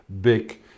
big